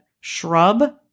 shrub